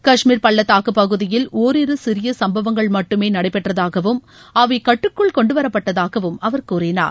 கஷ்மீர் பள்ளத்தாக்கு பகுதியில் ஓரிரு சிறிய சும்பவங்கள் மட்டுமே நடைபெற்றதாகவும் அவை கட்டுக்குள் கொண்டுவரப்பட்டதாகவும் அவர் கூறினார்